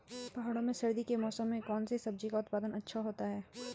पहाड़ों में सर्दी के मौसम में कौन सी सब्जी का उत्पादन अच्छा होता है?